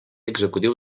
executiu